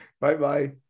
Bye-bye